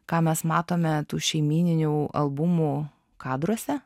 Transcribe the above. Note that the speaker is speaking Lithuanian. ką mes matome tų šeimyninių albumų kadruose